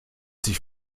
sich